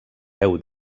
deu